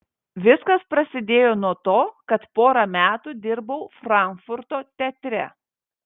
viskas prasidėjo nuo to kad porą metų dirbau frankfurto teatre